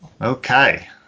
okay